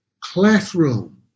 classroom